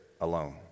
alone